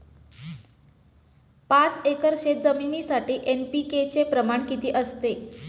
पाच एकर शेतजमिनीसाठी एन.पी.के चे प्रमाण किती असते?